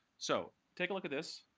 so take a look at this.